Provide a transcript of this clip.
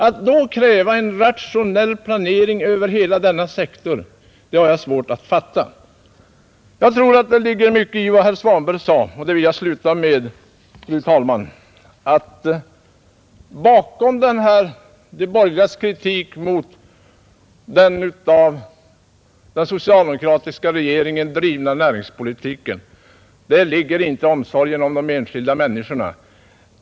Att man kan kräva en rationell planering över hela denna sektor, har jag svårt att fatta. Jag tror att det ligger mycket i vad herr Svanberg sade — det vill jag sluta med, fru talman — nämligen att bakom de borgerligas kritik mot den av den socialdemokratiska regeringen drivna näringspolitiken ligger inte omsorgen om de enskilda människorna.